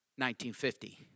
1950